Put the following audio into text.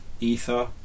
Ether